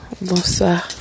bonsoir